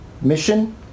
mission